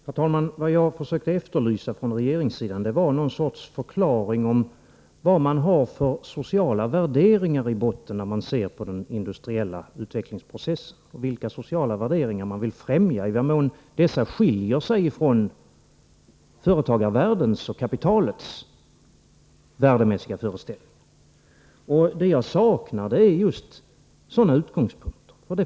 Herr talman! Vad jag försökte efterlysa från regeringssidan var någon sorts förklaring om vad man har för sociala värderingar i botten när man ser på den industriella utvecklingsprocessen — vilka sociala värderingar man vill främja och i vad mån dessa skiljer sig från företagarvärldens och kapitalets värdemässiga föreställningar. Det jag saknar i propositionen är just sådana utgångspunkter.